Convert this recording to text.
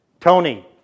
Tony